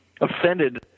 offended